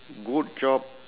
good job